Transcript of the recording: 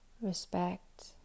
respect